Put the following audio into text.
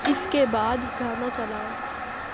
اس کے بعد گانا چلاؤ